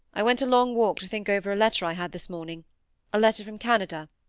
i went a long walk to think over a letter i had this morning a letter from canada.